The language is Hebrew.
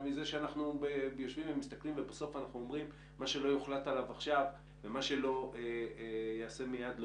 אלא מההבנה שמה שלא יוחלט עליו עכשיו ומה שלא ייעשה מייד,